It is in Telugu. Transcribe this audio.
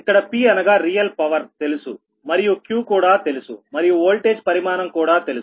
ఇక్కడ P అనగా రియల్ పవర్ తెలుసు మరియు Q కూడా తెలుసు మరియు వోల్టేజ్ పరిమాణం కూడా తెలుసు